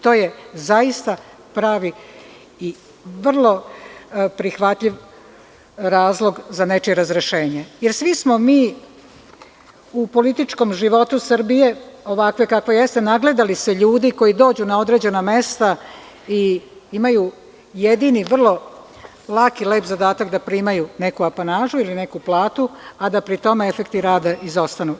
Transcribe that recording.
To je zaista pravi i vrlo prihvatljiv razlog za nečije razrešenje, jer svi smo mi u političkom životu Srbije, ovakva kakva jeste, nagledali se ljudi koji dođu na određena mesta i imaju jedini, vrlo lak i lep zadatak, da primaju neku apanažu ili neku platu, a da pri tom efekti rada izostanu.